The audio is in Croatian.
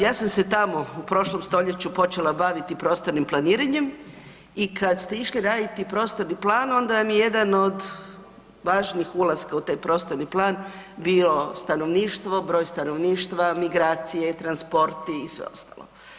Ja sam se tamo u prošlom stoljeću počela baviti prostornim planiranjem i kad ste išli raditi prostorni plan onda mi je jedan od važnijih ulaska u taj prostorni plan bio stanovništvo, broj stanovništva, migracije, transporti i sve ostalo.